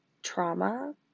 trauma